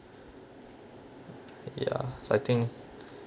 ya I think